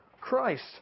Christ